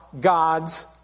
God's